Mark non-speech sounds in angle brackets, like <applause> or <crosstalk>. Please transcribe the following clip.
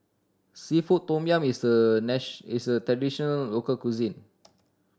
seafood tom yum is a <unintelligible> is a traditional local cuisine